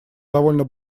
довольно